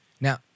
Now